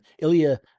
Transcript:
Ilya